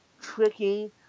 tricky